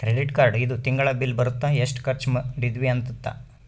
credit card ಇಂದು ತಿಂಗಳ bill ಬರುತ್ತ ಎಸ್ಟ ಖರ್ಚ ಮದಿದ್ವಿ ಅಂತ